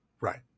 Right